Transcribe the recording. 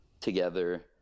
together